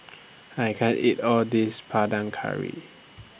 I can't eat All This Panang Curry